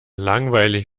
langweilig